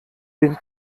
den